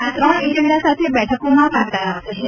આ ત્રણ એજન્ડા સાથે બેઠકોમાં વાર્તાલાપ થશે